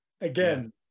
again